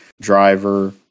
driver